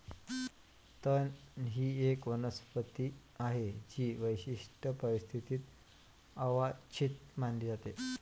तण ही एक वनस्पती आहे जी विशिष्ट परिस्थितीत अवांछित मानली जाते